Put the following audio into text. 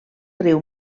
riu